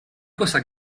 cosa